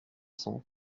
cents